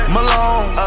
Malone